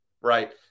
Right